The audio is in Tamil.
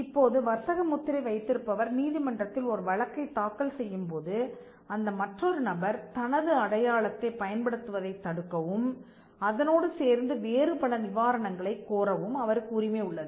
இப்போது வர்த்தக முத்திரை வைத்திருப்பவர் நீதிமன்றத்தில் ஒரு வழக்கைத் தாக்கல் செய்யும்போது அந்த மற்றொரு நபர் தனது அடையாளத்தைப் பயன்படுத்துவதைத் தடுக்கவும் அதனோடு சேர்ந்து வேறு பல நிவாரணங்களைக் கோரவும் அவருக்கு உரிமை உள்ளது